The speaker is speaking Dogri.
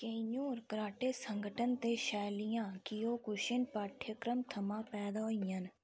केईं होर कराटे संगठन ते शैलियां कियोकुशिन पाठ्यक्रम थमां पैदा होइयां न